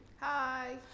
Hi